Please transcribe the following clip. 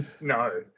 No